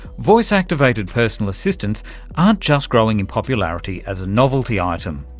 voice activated personal assistants aren't just growing in popularity as a novelty item,